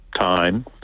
time